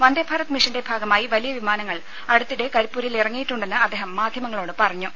വന്ദേഭാരത് മിഷന്റെ ഭാഗമായി വലിയ വിമാനങ്ങൾ അടുത്തിടെ കരിപ്പൂരിൽ ഇറങ്ങിയിട്ടുണ്ടെന്ന് അദ്ദേഹം മാധ്യമങ്ങളോട് പറഞ്ഞു